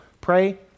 Pray